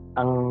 ang